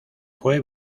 fue